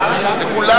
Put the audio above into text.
לכולם